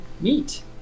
meet